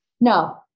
No